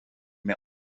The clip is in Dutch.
mijn